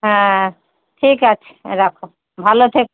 হ্যাঁ ঠিক আছে রাখো ভালো থেকো